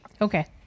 Okay